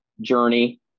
journey